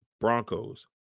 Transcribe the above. Broncos